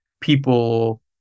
people